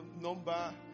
number